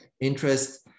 Interest